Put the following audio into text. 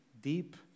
deep